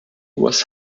was